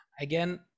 Again